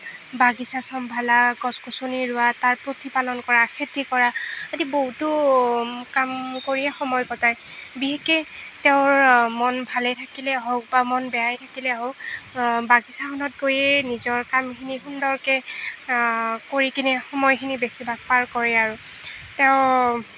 বাগিছা চম্ভালা গছ গছনি ৰোৱা তাৰ প্ৰতিপালন কৰা খেতি কৰা আদি বহুতো কাম কৰিয়েই সময় কটায় বিশেষকৈ তেওঁৰ মন ভালে থাকিলে হওক বা মন বেয়া থাকিলে হওঁক বাগিছাখনত গৈয়ে নিজৰ কামখিনি সুন্দৰকৈ কৰি কিনে সময়খিনি বেছিভাগ পাৰ কৰে আৰু তেওঁ